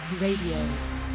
Radio